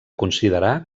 considerar